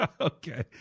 Okay